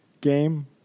game